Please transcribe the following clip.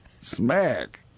Smack